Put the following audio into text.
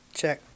check